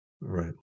Right